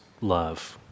love